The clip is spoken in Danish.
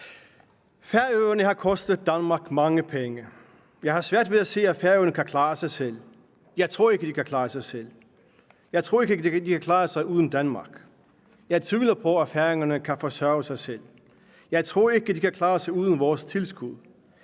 Færøerne har kostet Danmark mange penge; jeg har svært ved at se, at Færøerne kan klare sig selv; jeg tror ikke, de kan klare sig selv; jeg tror ikke, de kan klare sig uden Danmark; jeg tvivler på, at færingerne kan forsørge sig selv; jeg tror ikke, de kan klare sig uden vores tilskud;